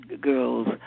girls